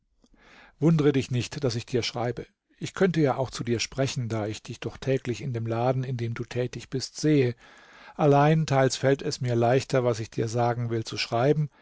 wundere dich nicht daß ich dir schreibe ich könnte ja auch zu dir sprechen da ich dich doch täglich in dem laden in dem du tätig bist sehe allein teils fällt es mir leichter was ich dir sagen will zu schreiben